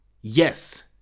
yes